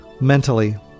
mentally